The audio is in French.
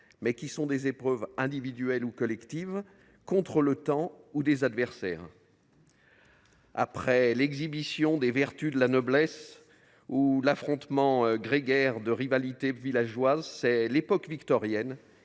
mais qui sont des épreuves individuelles ou collectives contre le temps ou des adversaires. Après l’exhibition des vertus de la noblesse ou l’affrontement grégaire de rivalités villageoises, l’époque victorienne